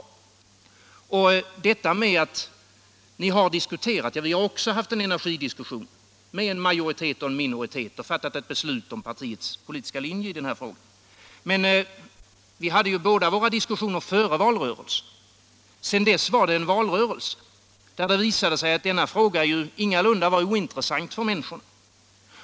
Beträffande detta att ni har diskuterat vill jag säga att även vi har haft en energidiskussion, med en majoritet och en minoritet, och fattat ett beslut om partiets politiska linje i frågan. Men båda partierna hade ju diskussionerna före valrörelsen. Sedan kom valrörelsen där det visade sig att frågan ingalunda var ointressant för människorna.